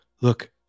look